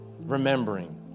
remembering